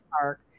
Park